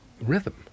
rhythm